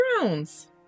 Thrones